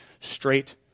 straight